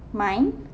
mine